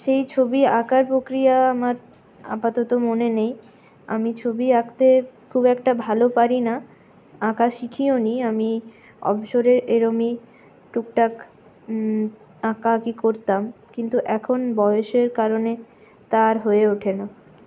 সেই ছবি আঁকার প্রক্রিয়া আমার আপাতত মনে নেই আমি ছবি আঁকতে খুব একটা ভালো পারি না আঁকা শিখিনি আমি অবসরে এরকমি টুকটাক আঁকা আঁকি করতাম কিন্তু এখন বয়সের কারণে তা আর হয়ে ওঠে না